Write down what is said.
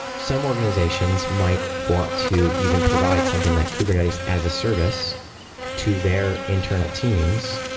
some organizations might want to even provide something like kubernetes as a service to their internal teams,